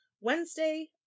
Wednesday